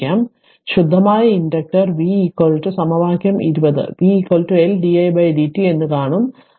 അതിനാൽ ശുദ്ധമായ inductor v സമവാക്യം 20 v L di dt എന്ന കാണും